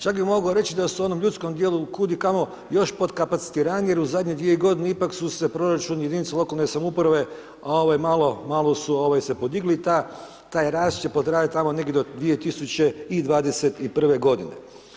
Čak bi mogao reći da su onom ljudskom dijelu kudikamo još podkapacitiraniji jer u zadnje dvije godine ipak su se proračuni jedinica lokalne samouprave malo, malo su ovaj se podigli i taj rast će potrajati tamo negdje od 2021. godine.